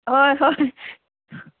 ꯍꯣꯏ ꯍꯣꯏ